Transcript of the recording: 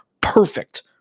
Perfect